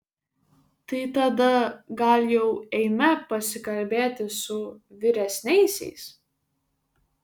tai tada gal jau eime pasikalbėti su vyresniaisiais